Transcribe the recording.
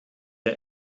der